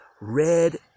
red